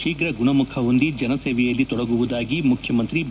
ಶೀಘ್ರ ಗುಣಮುಖ ಹೊಂದಿ ಜನಸೇವೆಯಲ್ಲಿ ತೊಡಗುವುದಾಗಿ ಮುಖ್ಯಮಂತ್ರಿ ಬಿ